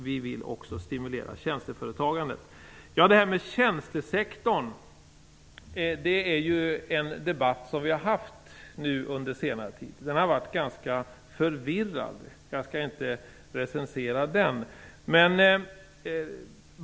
Vi vill också stimulera tjänsteföretagandet. Det har ju under senare tid förts en debatt om tjänstesektorn. Debatten har varit ganska förvirrad, men jag skall nu inte recensera den.